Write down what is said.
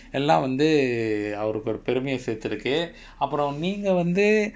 எல்லா வந்து அவர்க்கு ஒரு பெருமய சேத்திருக்கு அப்புறம் நீங்க வந்து:ellaa vanthu avarku oru perumaya sethiruku appuram neenga vanthu